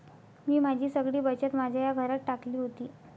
मी माझी सगळी बचत माझ्या या घरात टाकली होती